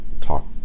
talk